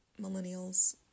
millennials